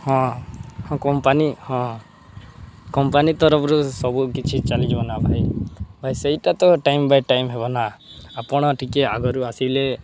ହଁ ହଁ କମ୍ପାନୀ ହଁ କମ୍ପାନୀ ତରଫରୁ ସବୁ କିଛି ଚାଲିଯିବ ନା ଭାଇ ଭାଇ ସେଇଟା ତ ଟାଇମ୍ ବାଇ ଟାଇମ୍ ହେବ ନା ଆପଣ ଟିକେ ଆଗରୁ ଆସିଲେ